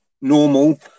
normal